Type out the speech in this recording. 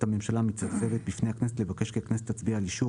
הממשלה המתייצבת בפני הכנסת לבקש כי הכנסת תצביע על אישור